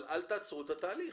אבל אל תעצרו את התהליך.